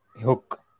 hook